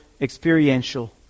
experiential